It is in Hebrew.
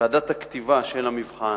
הכתיבה של המבחן,